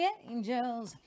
angels